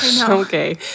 Okay